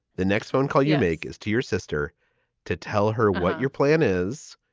the next phone call you make is to your sister to tell her what your plan is,